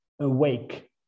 awake